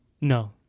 no